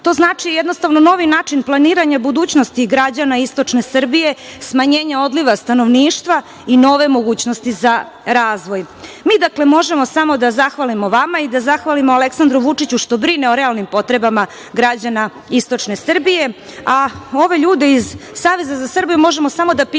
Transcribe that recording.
To znači novi način planiranja budućnosti građana istočne Srbije, smanjenja odliva stanovništva i nove mogućnosti za razvoj. Dakle, mi možemo samo da zahvalimo vama i da zahvalimo Aleksandru Vučiću što brine o realnim potrebama građana istočne Srbije, a ove ljude iz Saveza za Srbiju možemo samo da pitamo